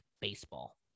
Baseball